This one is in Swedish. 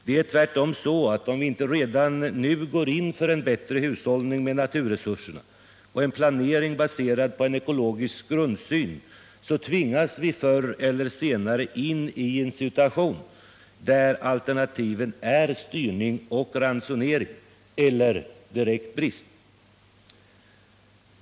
Det är tvärtom så att om vi inte redan nu går in för en bättre hushållning med naturresurserna och en planering baserad på en ekologisk grundsyn så tvingas vi förr eller senare in i en situation, där alternativen är styrning och ransonering eller direkt brist.